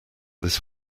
this